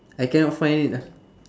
I cannot find it ah